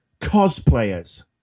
cosplayers